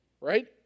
right